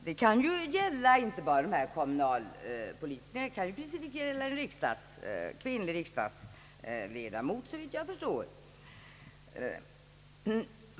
Den gäller ju inte bara kvinnliga kommunalpolitiker, den kan också gälla någon kvinnlig riksdagsledamot, såvitt jag förstår.